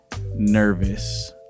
nervous